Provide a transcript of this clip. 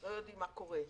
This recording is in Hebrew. לא יודעים מה קורה.